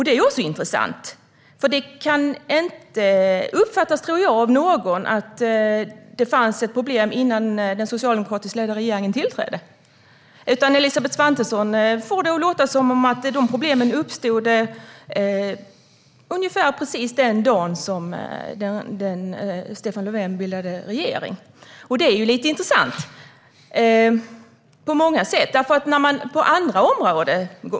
Det är också intressant, för jag tror inte att det kan uppfattas av någon som att det fanns problem innan den socialdemokratiskt ledda regeringen tillträdde. Elisabeth Svantesson får det att låta som att problemen uppstod precis den dag som Stefan Löfven bildade regering. Det är lite intressant på många sätt om man jämför med andra områden.